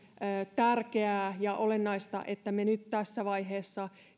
tärkeää ja olennaista että me nyt tässä vaiheessa